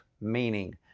meaning